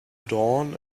dawn